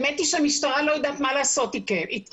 האמת היא שהמשטרה לא יודעת מה לעשות אתכם.